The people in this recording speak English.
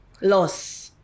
Loss